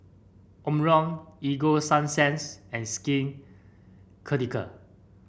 Omron Ego Sunsense and Skin Ceutical